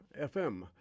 FM